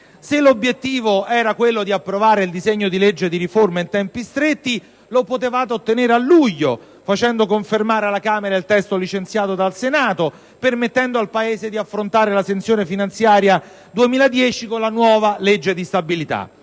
Se l'obiettivo era quello di approvare il disegno di legge di riforma in tempi stretti, potevate ottenerlo a luglio, facendo confermare alla Camera il testo licenziato dal Senato, permettendo al Paese di affrontare la sessione finanziaria 2010 con la nuova legge di stabilità.